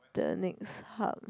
the next hub